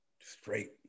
Straight